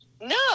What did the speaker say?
No